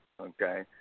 okay